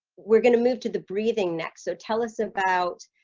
we're going to move to the breathing next so tell us about